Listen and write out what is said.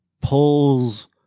pulls